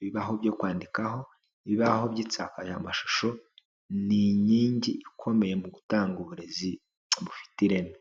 ibibaho byo kwandikaho, ibibaho by'insakayamashusho, ni inkingi ikomeye mu gutanga uburezi bufite ireme.